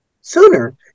sooner